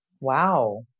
Wow